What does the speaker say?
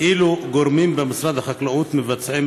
2. אילו גורמים במשרד החקלאות מבצעים